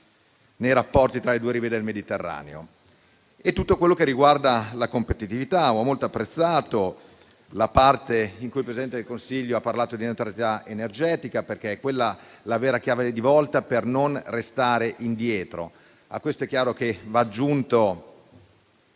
nei rapporti tra le due rive del Mediterraneo. Si parlerà poi di tutto quello che riguarda la competitività. Ho molto apprezzato la parte in cui il Presidente del Consiglio ha parlato di neutralità energetica, perché è quella la vera chiave di volta per non restare indietro. È chiaro che vanno aggiunti